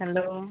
hello